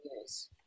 years